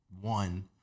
one